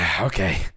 Okay